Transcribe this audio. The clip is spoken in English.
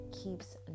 keeps